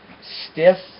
stiff